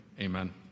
Amen